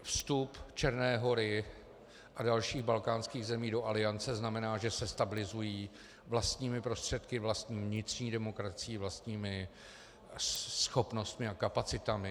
Vstup Černé Hory a dalších balkánských zemí do Aliance znamená, že se stabilizují vlastními prostředky, vlastní vnitřní demokracií, vlastními schopnostmi a kapacitami.